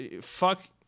fuck